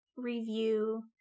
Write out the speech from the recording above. review